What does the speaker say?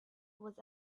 was